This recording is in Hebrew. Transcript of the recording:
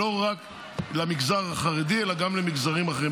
ולא רק למגזר החרדי, אלא גם למגזרים אחרים.